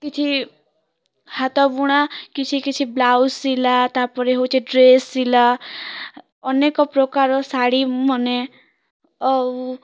କିଛି ହାତ ବୁଣା କିଛି କିଛି ବ୍ଲାଉଜ୍ ସିଲା ତା ପରେ ହଉଛେ ଡ୍ରେସ୍ ସିଲା ଅନେକ ପ୍ରକାର ଶାଡ଼ୀମନେ ଆଉ